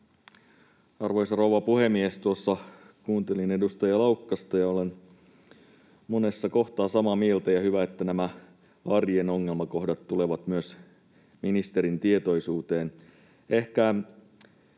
Arvoisa rouva puhemies! Tuossa kuuntelin edustaja Laukkasta ja olen monessa kohtaa samaa mieltä. Hyvä, että nämä arjen ongelmakohdat tulevat myös ministerin tietoisuuteen.